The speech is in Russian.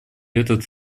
этот